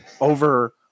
over